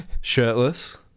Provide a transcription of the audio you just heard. Shirtless